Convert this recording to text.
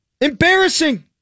Embarrassing